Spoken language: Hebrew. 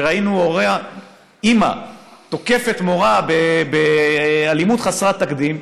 ראינו אימא תוקפת מורה באלימות חסרת תקדים,